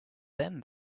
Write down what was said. been